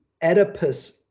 Oedipus